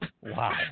Wow